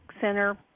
center